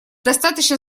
достаточно